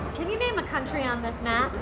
can you name a country on this map?